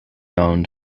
owned